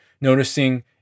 noticing